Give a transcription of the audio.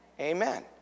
Amen